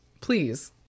Please